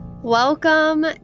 Welcome